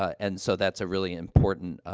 and so that's a really important, ah,